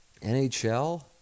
NHL